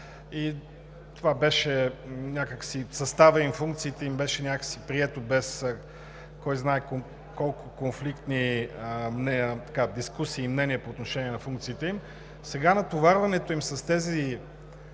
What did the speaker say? изпълнението им, съставът и функциите им беше някак си прието без кой знае колко конфликтни дискусии и мнения по отношение на функциите им, сега натоварването им с тези